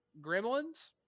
Gremlins